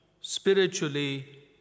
spiritually